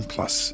Plus